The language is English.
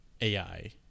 AI